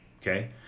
okay